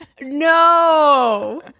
No